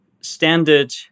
standard